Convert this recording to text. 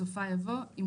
בסופה יבוא: ",